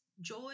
joy